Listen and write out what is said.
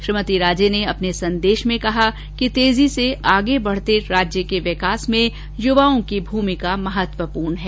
श्रीमती राजे ने अपने संदेश में कहा कि तेजी से आगे बढते राज्य के विकास में युवाओं की भूमिका महत्वपूर्ण है